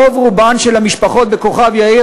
רוב-רובן של המשפחות בכוכב-יאיר,